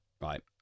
right